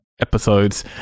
episodes